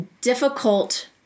difficult